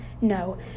no